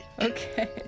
Okay